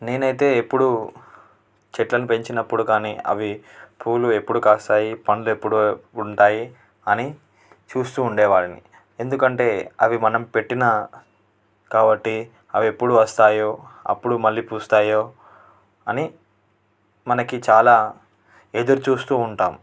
నేనైతే ఎప్పుడు చెట్లను పెంచినప్పుడు కానీ అవి పూలు ఎప్పుడు కాస్తాయి పళ్ళు ఎప్పుడు ఉంటాయి అని చూస్తు ఉండేవాడిని ఎందుకంటే అవి మనం పెట్టిన కాబట్టి అవి ఎప్పుడు వస్తాయో అప్పుడు మళ్ళీ పూస్తాయో అని మనకి చాలా ఎదురు చూస్తు ఉంటాం